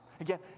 Again